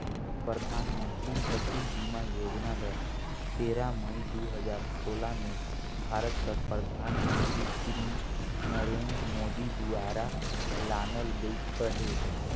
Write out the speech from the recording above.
परधानमंतरी फसिल बीमा योजना ल तेरा मई दू हजार सोला में भारत कर परधानमंतरी सिरी नरेन्द मोदी दुवारा लानल गइस अहे